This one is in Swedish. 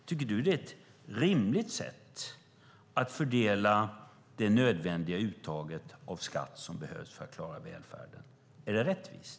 Tycker du att det är ett rimligt sätt att fördela det nödvändiga uttag av skatt som behövs för att klara välfärden? Är det rättvist?